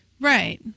Right